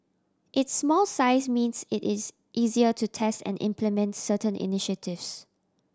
its small size means it is easier to test and implement certain initiatives